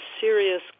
serious